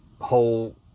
whole